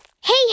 Hey